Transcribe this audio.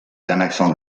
accent